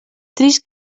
trist